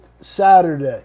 Saturday